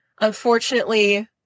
unfortunately